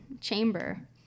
chamber